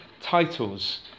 titles